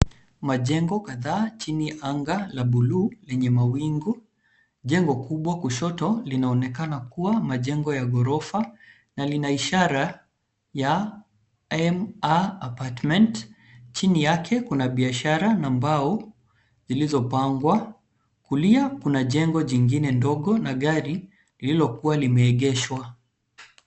Majengo kadhaa chini ya anga la buluu lenye mawingu. Jengo kubwa kushoto linaonekana kuwa majengo ya ghorofa na lina ishara ya MA Apartment. Chini yake kuna biashara ambao zilizopambwa. Kulia kuna jengo jingine ndogo na gari lililokuwa limeegeshwa.